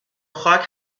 خاک